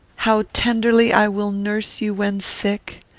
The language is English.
how tenderly i will nurse you when sick!